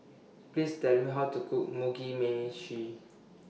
Please Tell Me How to Cook Mugi Meshi